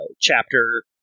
chapter